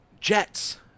jets